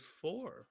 four